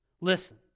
Listen